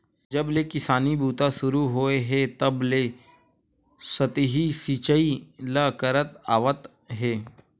जब ले किसानी बूता सुरू होए हे तब ले सतही सिचई ल करत आवत हे